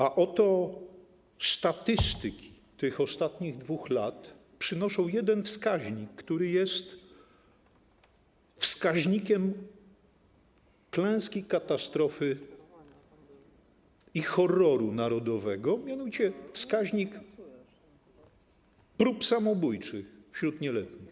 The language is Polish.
A oto statystyki tych ostatnich 2 lat przynoszą jeden wskaźnik, który jest wskaźnikiem klęski, katastrofy i horroru narodowego, mianowicie wskaźnik prób samobójczych wśród nieletnich.